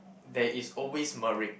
there is always